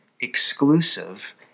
exclusive